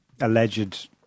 alleged